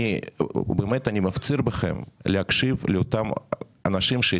אני מפציר בכם להקשיב לאותם אנשים,